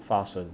发生